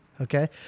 Okay